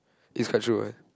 it's quite true right